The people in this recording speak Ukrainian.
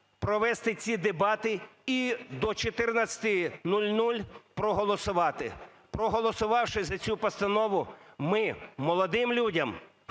провести ці дебати і до 14:00 проголосувати. Проголосувавши за цю постанову, ми молодим людям